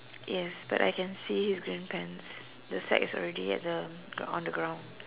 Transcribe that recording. yes but I can see his green pants the sack is already at the on the ground